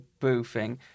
boofing